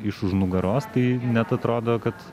iš už nugaros tai net atrodo kad